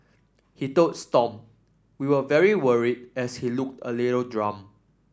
he told Stomp we were very worried as he looked a little drunk